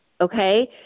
okay